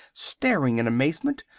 staring in amazement.